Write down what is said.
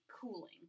cooling